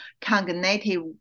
cognitive